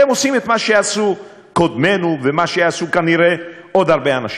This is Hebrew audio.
אתם עושים את מה שעשו קודמינו ומה שיעשו כנראה עוד הרבה אנשים.